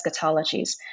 eschatologies